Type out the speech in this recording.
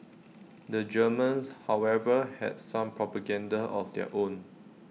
the Germans however had some propaganda of their own